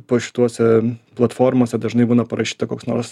po šituose platformose dažnai būna parašyta koks nors